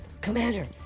Commander